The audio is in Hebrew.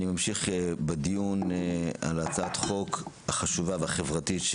אני ממשיך בדיון על הצעת החוק החשובה והחברתית של